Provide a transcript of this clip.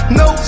no